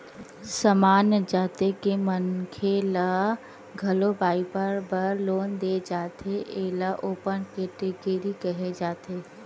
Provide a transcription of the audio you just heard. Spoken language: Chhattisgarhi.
सामान्य जाति के मनखे ल घलो बइपार बर लोन दे जाथे एला ओपन केटेगरी केहे जाथे